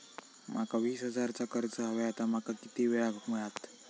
माका वीस हजार चा कर्ज हव्या ता माका किती वेळा क मिळात?